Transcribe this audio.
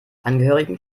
angehörigen